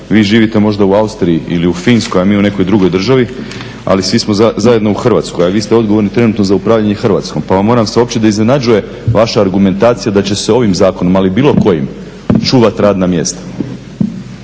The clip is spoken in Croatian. vi živite možda u Austriji ili u Finskoj a mi u nekoj drugoj državi, ali svi smo zajedno u Hrvatskoj. A vi ste odgovorni trenutno za upravljanje Hrvatskom, pa vam moram saopćiti da iznenađuje vaša argumentacija da će se ovim zakonom, ali i bilo kojim čuvati radna mjesta.